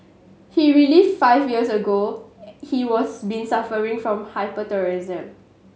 he five years ago he was been suffering from hyperthyroidism